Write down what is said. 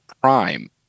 prime